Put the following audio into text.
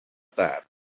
that